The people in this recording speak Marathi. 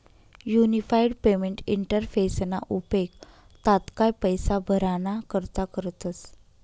युनिफाईड पेमेंट इंटरफेसना उपेग तात्काय पैसा भराणा करता करतस